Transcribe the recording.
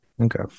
Okay